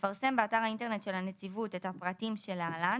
יפרסם באתר האינטרנט של הנציבות את הפרטים שלהלן,